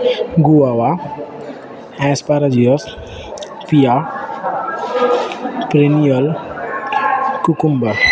guava asparagus pea perennial cucumber